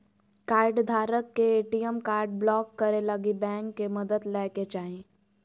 कार्डधारक के ATM card block करे लगी बैंक के मदद लय के चाही